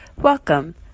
Welcome